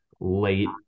late